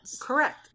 Correct